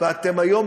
אני מסיים,